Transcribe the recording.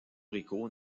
rico